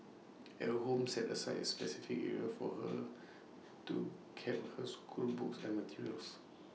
at home set aside A specific area for her to keep her schoolbooks and materials